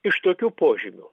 iš tokių požymių